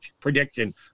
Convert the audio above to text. prediction